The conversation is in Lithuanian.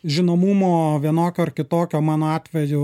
žinomumo vienokio ar kitokio mano atveju